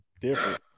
different